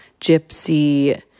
gypsy